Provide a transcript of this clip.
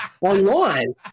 online